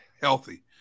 healthy